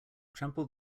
trample